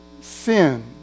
sin